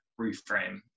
reframe